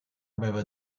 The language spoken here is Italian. aveva